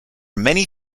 many